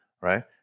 right